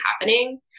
happening